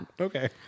Okay